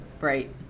Right